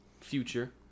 future